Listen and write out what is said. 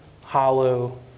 hollow